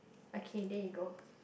okay there you go